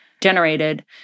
Generated